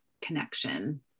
connection